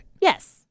Yes